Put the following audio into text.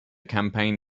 campaign